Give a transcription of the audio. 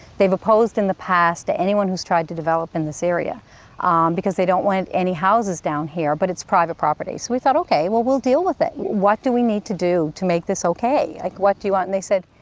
they've opposed in the past to anyone who's tried to develop in this area because they don't want any houses down here. but it's private property. so we thought, okay, well, we'll deal with it. what do we need to do to make this okay? like what do you want? and they said,